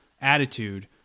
attitude